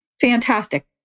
fantastic